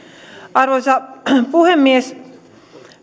arvoisa puhemies